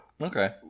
okay